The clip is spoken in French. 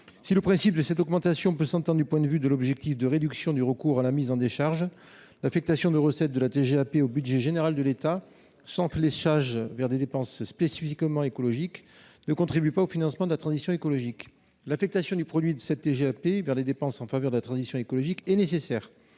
Si le principe de cette augmentation peut s’entendre du point de vue de l’objectif de réduction du recours à la mise en décharge, l’affectation des recettes de la TGAP au budget général de l’État, sans fléchage vers des dépenses spécifiquement écologiques, ne contribue pas au financement de la transition écologique. L’affectation du produit de la TGAP vers les dépenses en faveur de la transition écologique est nécessaire.